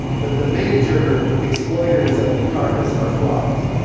but the major exploiters of the carcasses are flies.